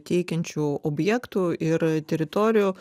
teikiančių objektų ir teritorijų